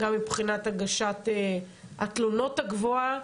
גם מבחינת הגשת התלונות הגבוהה,